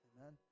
Amen